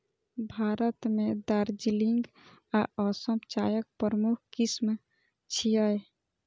भारत मे दार्जिलिंग आ असम चायक प्रमुख किस्म छियै